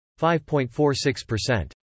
5.46%